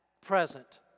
present